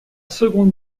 seconde